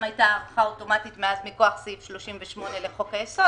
הייתה הארכה אוטומטית מכוח סעיף 38 לחוק היסוד